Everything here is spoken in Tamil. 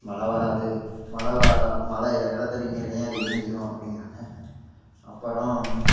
மழை வராது மழை மழை என் நிலத்தடி நீரையும் அது உறிஞ்சிடும் அப்படிங்கிறாங்க அப்புறம்